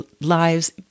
lives